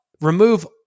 remove